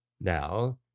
Now